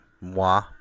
moi